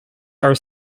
are